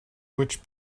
which